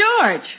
George